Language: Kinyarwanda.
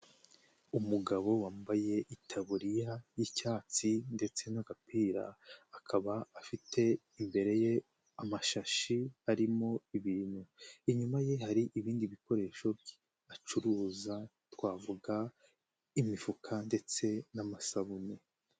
Umugabo wambaye itaburiya y'icyatsi ndetse n'agapira, akaba afite imbere ye amashashi arimo ibintu. Inyuma ye hari ibindi bikoresho acuruza, twavuga imifuka, ndetse n'amasabune.